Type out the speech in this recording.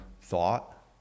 thought